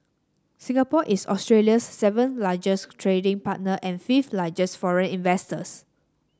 Singapore is Australia's seventh largest trading partner and fifth largest foreign investors